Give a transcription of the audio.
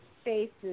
spaces